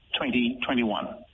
2021